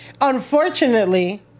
unfortunately